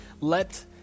let